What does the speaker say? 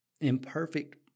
imperfect